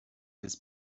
his